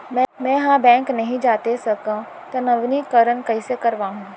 मैं ह बैंक नई जाथे सकंव त नवीनीकरण कइसे करवाहू?